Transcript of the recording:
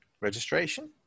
registration